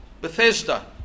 Bethesda